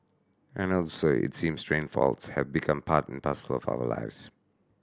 and also it seems train faults have become part and parcel of our lives